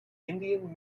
indian